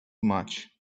much